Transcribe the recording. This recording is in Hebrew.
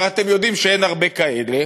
והרי אתם יודעים שאין הרבה כאלה,